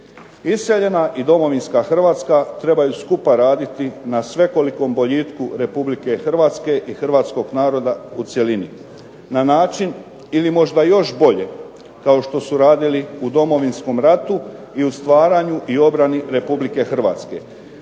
Iseljena i domovinska Hrvatska trebaju skupa raditi na svekoliko boljitku Republike Hrvatske i hrvatskog naroda u cjelini na način ili možda još bolje, kao što su radili u Domovinskom ratu i u stvaranju i obrani Republike Hrvatske,